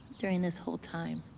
during this whole time,